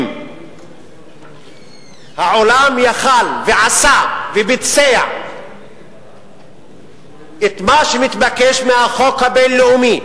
אם העולם יכול היה ועשה וביצע את מה שמתבקש מהחוק הבין-לאומי